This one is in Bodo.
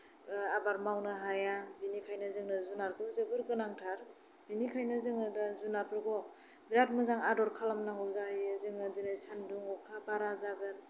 आबाद मावनो हाया बिनिखायनो जोंनो जुनारखौ जोबोर गोनांथार बिनिखायनो जोङो दा जुनारफोरखौ बिराद मोजां आदर खालामनांगौ जायो जोङो दिनै सानदुं अखा बारा जागोन